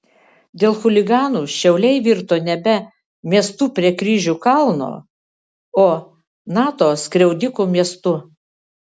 dėl chuliganų šiauliai virto nebe miestu prie kryžių kalno o nato skriaudikų miestu